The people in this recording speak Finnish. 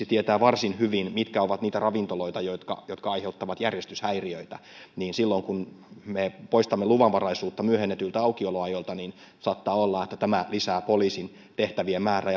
tietää varsin hyvin mitkä ovat niitä ravintoloita jotka jotka aiheuttavat järjestyshäiriöitä niin silloin kun me poistamme luvanvaraisuutta myöhennetyiltä aukioloajoilta saattaa olla että tämä lisää poliisin tehtävien määrää